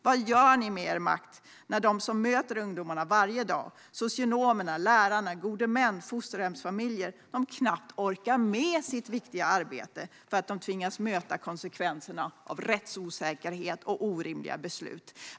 Vad gör ni med er makt när de som möter ungdomarna varje dag - socionomer, lärare, gode män, fosterhemsfamiljer - knappt orkar med sitt viktiga arbete för att de tvingas möta konsekvenserna av rättsosäkerhet och orimliga beslut.